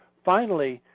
finally,